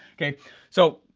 kay so,